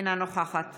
אינה נוכחת